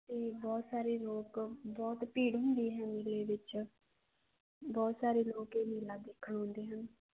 ਤੇ ਬਹੁਤ ਸਾਰੇ ਲੋਕ ਬਹੁਤ ਭੀੜ ਹੁੰਦੀ ਦੇ ਵਿੱਚ ਬਹੁਤ ਸਾਰੇ ਲੋਕ ਇਹ ਮੇਲਾ ਦੇਖਣ ਆਉਂਦੇ ਹਨ